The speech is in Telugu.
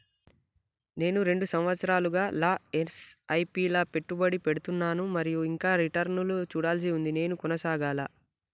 నేను రెండు సంవత్సరాలుగా ల ఎస్.ఐ.పి లా పెట్టుబడి పెడుతున్నాను మరియు ఇంకా రిటర్న్ లు చూడాల్సి ఉంది నేను కొనసాగాలా?